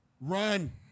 Run